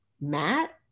Matt